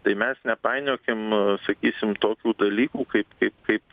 tai mes nepainiokim sakysim tokių dalykų kaip kaip kaip